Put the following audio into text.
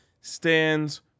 stands